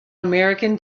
american